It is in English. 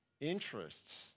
interests